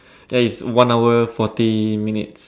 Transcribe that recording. ya is one hour forty minutes